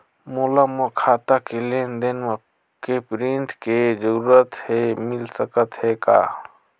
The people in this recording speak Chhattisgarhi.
मोला मोर खाता के लेन देन के प्रिंट के जरूरत हे मिल सकत हे का?